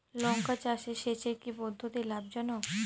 লঙ্কা চাষে সেচের কি পদ্ধতি লাভ জনক?